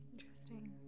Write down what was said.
Interesting